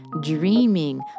dreaming